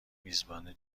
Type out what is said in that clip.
میزبانی